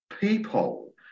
people